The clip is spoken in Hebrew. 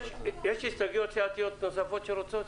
יש הסתייגויות סיעתיות נוספות שרוצות?